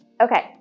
Okay